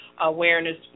Awareness